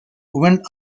went